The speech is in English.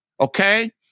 Okay